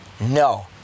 no